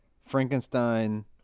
Frankenstein